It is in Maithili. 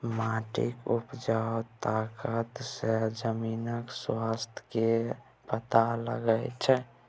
माटिक उपजा तागत सँ जमीनक स्वास्थ्य केर पता लगै छै